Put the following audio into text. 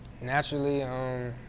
Naturally